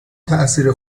تأثیر